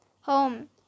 Home